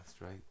right